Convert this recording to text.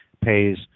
pays